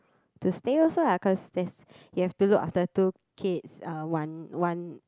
to stay also lah cause there's you have to look after two kids uh one one